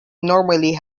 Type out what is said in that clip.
normally